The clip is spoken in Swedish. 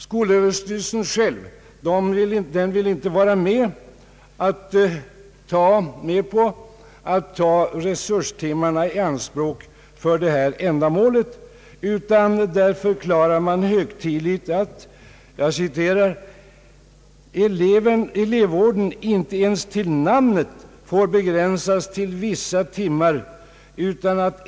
Sö vill själv inte vara med om att ta resurstimmarna i anspråk för det föreslagna ändamålet utan förklarar att elevvården inte får »ens till namnet begränsas till vissa timmar av något slag.